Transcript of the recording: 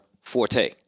forte